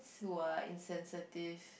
who are insensitive